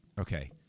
Okay